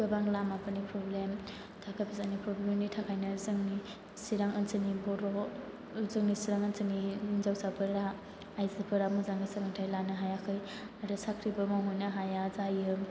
गोबां लामाफोरनि प्रब्लेम थाखा फैसानि प्रब्लेम नि थाखायनो जोंनि चिरां ओनसोलनि बर' हिनजावसाफोरा आयजोफोरा मोजाङै सोलोंथाय लानो हायाखै आरो साख्रिबो मावहैनो हाया जायो